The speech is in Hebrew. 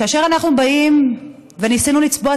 ניסינו לצבוע